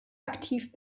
aktiv